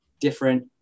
different